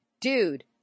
Dude